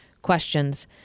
Questions